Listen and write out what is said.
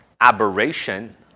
aberration